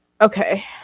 okay